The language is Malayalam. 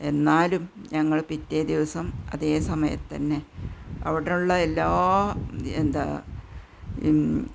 എന്നാലും ഞങ്ങള് പിറ്റേ ദിവസം അതെ സമയത്തു തന്നെ അവിടെയുള്ള എല്ലാ എന്താ